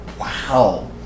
Wow